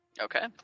Okay